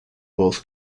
both